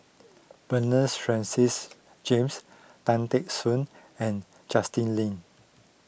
Bernards Francis James Tan Teck Soon and Justin Lean